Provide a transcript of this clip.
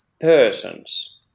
persons